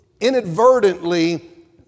inadvertently